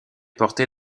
porter